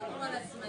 תגיד טלגרפית.